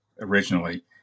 originally